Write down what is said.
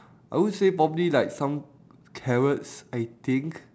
I would say probably like some carrots I think